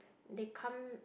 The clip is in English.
they come